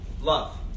Love